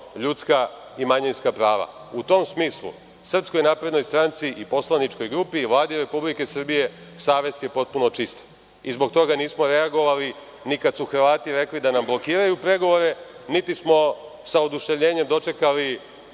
ljudska i manjinska prava.U tom smislu SNS i poslaničkoj grupi, Vladi Republike Srbije savest je potpuno čista. Zbog toga nismo reagovali ni kada su Hrvati rekli da nam blokiraju pregovore, niti smo sa oduševljenjem dočekali